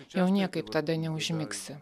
jau niekaip tada neužmigsi